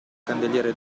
candeliere